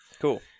Cool